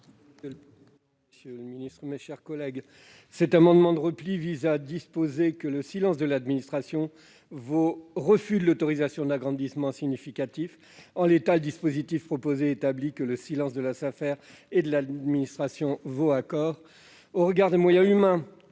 : La parole est à M. Joël Labbé. Cet amendement de repli tend à prévoir que le silence de l'administration vaut refus de l'autorisation d'agrandissement significatif. En l'état, le dispositif proposé établit que le silence de la Safer et de l'administration vaut accord. Compte tenu des moyens humains